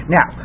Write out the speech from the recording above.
Now